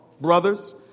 brothers